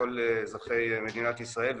כל אזרחי מדינת ישראל,